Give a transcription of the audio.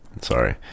Sorry